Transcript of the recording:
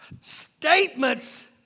statements